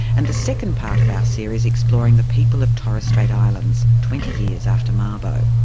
and the second part of our series exploring the people of torres strait islands, twenty years after mabo.